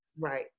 Right